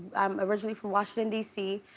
i'm originally from washington d c,